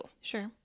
Sure